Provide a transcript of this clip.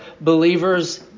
believers